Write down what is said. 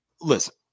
listen